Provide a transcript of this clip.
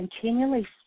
continually